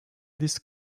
this